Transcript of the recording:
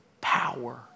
power